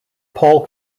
paul